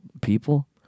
people